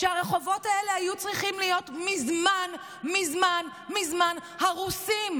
שהרחובות האלה היו צריכים להיות מזמן מזמן מזמן הרוסים,